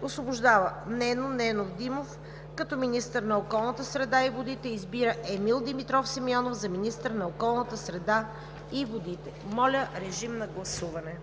1. Освобождава Нено Ненов Димов като министър на околната среда и водите. 2. Избира Емил Димитров Симеонов за министър на околната среда и водите.“ Моля, режим на гласуване.